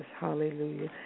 Hallelujah